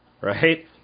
right